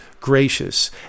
gracious